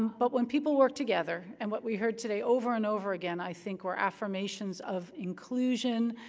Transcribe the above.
um but when people work together and what we heard today over and over again, i think, were affirmations of inclusion,